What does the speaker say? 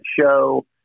show